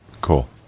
cool